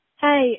Hi